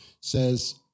says